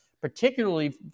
particularly